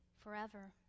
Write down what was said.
forever